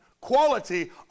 quality